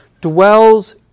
dwells